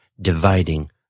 dividing